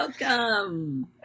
Welcome